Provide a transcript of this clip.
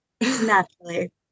Naturally